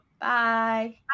Bye